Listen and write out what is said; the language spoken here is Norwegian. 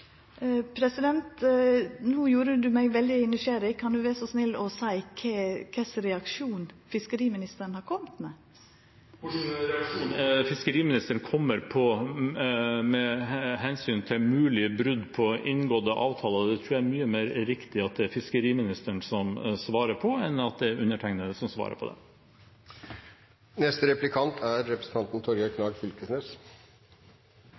gjorde representanten meg veldig nysgjerrig. Kan han vera så snill å seia kva slags reaksjon fiskeriministeren har kome med? Hva slags reaksjon fiskeriministeren kommer med med hensyn til mulig brudd på inngåtte avtaler, tror jeg det er mye mer riktig at det er fiskeriministeren som svarer på, enn at det er undertegnede som svarer på det. Det er litt rart å høyre på representanten